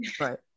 right